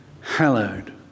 Hallowed